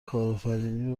کارآفرینی